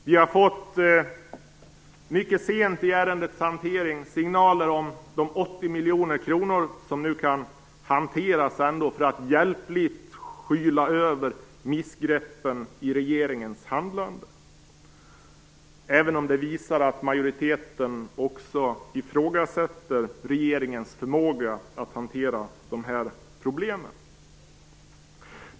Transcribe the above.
Vi har fått mycket sent i ärendets hantering signaler om de 80 miljoner kronor som nu kan hanteras för att hjälpligt skyla över missgreppen i regeringens handlande, även om det visar att majoriteten också ifrågasätter regeringens förmåga att hantera de här problemen.